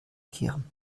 kehren